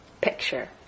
picture